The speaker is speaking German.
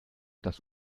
das